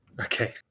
Okay